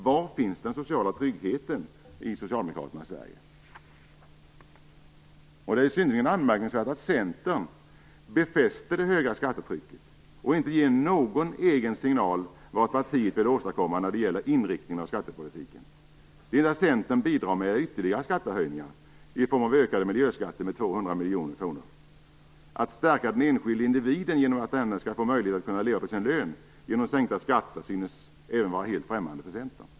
Var finns den sociala tryggheten i Socialdemokraternas Sverige? Det är synnerligen anmärkningsvärt att Centern befäster det höga skattetrycket och inte ger någon egen signal vad partiet vill åstadkomma när det gäller inriktningen av skattepolitiken. Det enda Centern bidrar med är ytterligare skattehöjningar i form av ökade miljöskatter med 200 miljoner kronor. Att stärka den enskilde individen genom att denne skall få möjlighet att kunna leva på sin lön genom sänkta skatter synes även vara helt främmande för Centern.